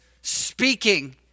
speaking